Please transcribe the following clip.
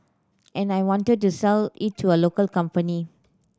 and I wanted to sell it to a local company